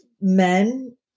men